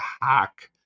hack